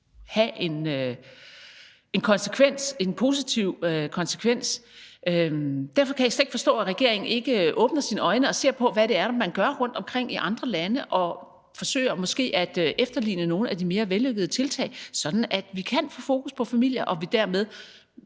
have en positiv konsekvens. Derfor kan jeg slet ikke forstå, at regeringen ikke åbner sine øjne og ser på, hvad det er, man gør rundtomkring i andre lande, og måske forsøger at efterligne nogle af de mere vellykkede tiltag, sådan at vi kan få fokus på familier og vi dermed